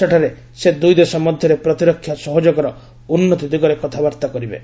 ସେଠାରେ ସେ ଦୂଇ ଦେଶ ମଧ୍ୟରେ ପ୍ରତିରକ୍ଷା ସହଯୋଗର ଉନ୍ନତି ଦିଗରେ କଥାବାର୍ତ୍ତା କରିବେ